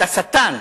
"אתה שטן",